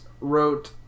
wrote